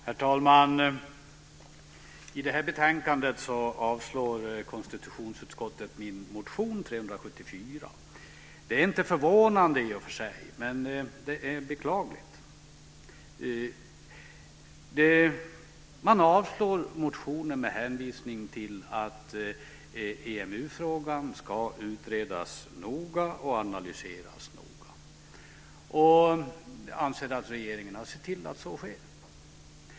Herr talman! I det här betänkandet avstyrker konstitutionsutskottet min motion 374. Det är i och för sig inte förvånande, men det är beklagligt. Man avstyrker motionen med hänvisning till att EMU-frågan ska utredas och analyseras noga och anser att regeringen har sett till att så sker.